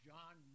John